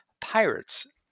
pirates